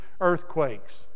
earthquakes